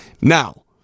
Now